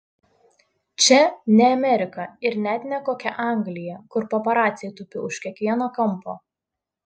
čia ne amerika ir net ne kokia anglija kur paparaciai tupi už kiekvieno kampo